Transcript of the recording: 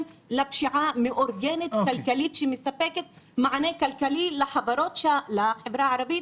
לפשיעה המאורגנת הכלכלית שמספקת מענה כלכלי לחברה הערבית,